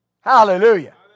Hallelujah